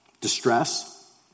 Distress